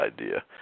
idea